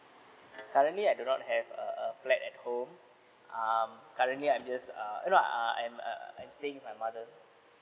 currently I do not have a a flat at home um currently I'm just uh no uh I'm err actually staying with my mother